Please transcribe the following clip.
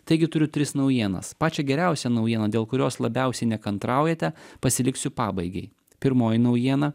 taigi turiu tris naujienas pačią geriausią naujieną dėl kurios labiausiai nekantraujate pasiliksiu pabaigai pirmoji naujiena